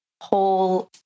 whole